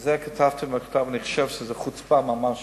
ועל כך כתבתי מכתב, שזו ממש